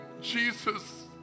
Jesus